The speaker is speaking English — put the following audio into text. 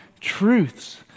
truths